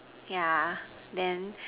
yeah then